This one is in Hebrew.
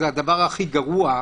זה הדבר הכי גרוע,